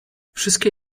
wszystkie